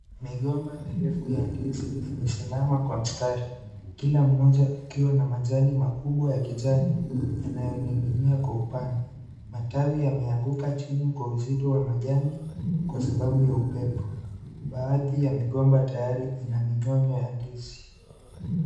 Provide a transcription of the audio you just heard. Migomba mirefu ya ndizi imesimama kwa mstari, kila mmoja ukiwa na majani makubwa ya kijani, yanayoning'inia kwa upande. Matawi yameanguka chini kwa uzito wa majani kwa sababu ya upepo, Baadhi ya migomba tayari ina minyonyo ya ndizi.